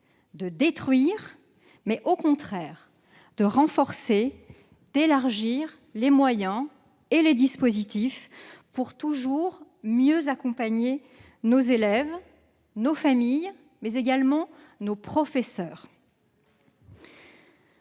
à détruire, mais au contraire à renforcer et à élargir les moyens et les dispositifs permettant de mieux accompagner nos élèves, nos familles et nos professeurs.